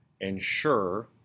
ensure